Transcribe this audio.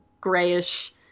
grayish